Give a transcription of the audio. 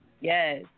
Yes